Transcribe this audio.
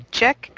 check